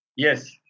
Yes